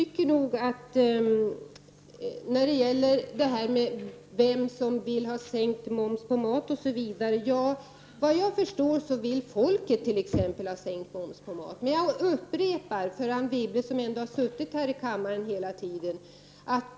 När det gäller frågan om vem som vill ha sänkt moms på mat, vill svenska folket, såvitt jag förstår, ha sänkt moms på mat. Jag upprepar detta för Anne Wibble, trots att hon ändå har suttit här i kammaren hela debatten.